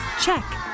Check